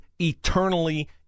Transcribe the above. eternally